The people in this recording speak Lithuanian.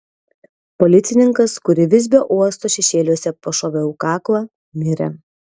policininkas kurį visbio uosto šešėliuose pašoviau į kaklą mirė